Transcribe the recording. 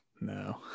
No